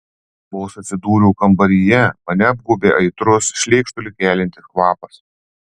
vos atsidūriau kambaryje mane apgaubė aitrus šleikštulį keliantis kvapas